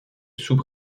sous